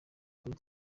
kuri